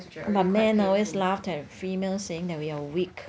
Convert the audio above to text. but men always laughed at females saying that we are weak